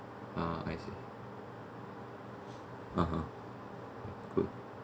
ah I see (uh huh) good